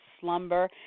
slumber